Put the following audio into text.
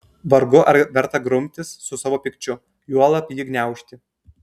vargu ar verta grumtis su savo pykčiu juolab jį gniaužti